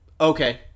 Okay